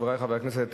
חברי חברי הכנסת,